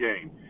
game